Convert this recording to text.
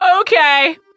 Okay